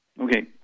Okay